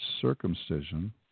circumcision